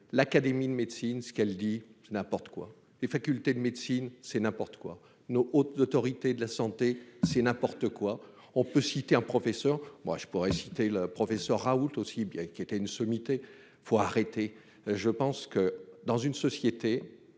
l'Académie de médecine, ce qu'elle dit, c'est n'importe quoi, les facultés de médecine, c'est n'importe quoi, no haute autorité de la santé, c'est n'importe quoi, on peut citer un professeur moi je pourrais citer le professeur Raoult aussi bien qui était une sommité faut arrêter, je pense que dans une société